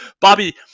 Bobby